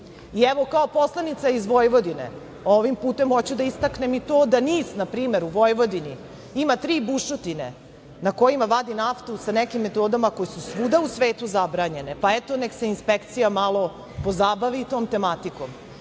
kao poslanica iz Vojvodine ovim putem hoću da istaknem i to da NIS, na primer, u Vojvodini ima tri bušotine na kojima vati naftu sa nekim metodama koje su svuda u svetu zabranjene. Pa, eto, nek se inspekcija malo pozabavi i tom tematikom,